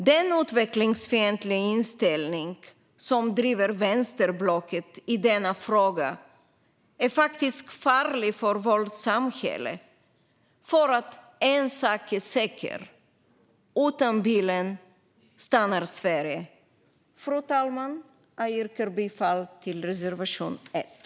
Den utvecklingsfientliga inställning som driver vänsterblocket i denna fråga är faktiskt farlig för vårt samhälle. En sak är säker: Utan bilen stannar Sverige. Fru talman! Jag yrkar bifall till reservation 1.